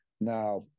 Now